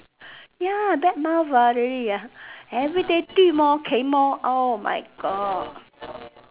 ya bad mouth ah really ah everyday 对么 K 么 oh my God